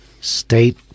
state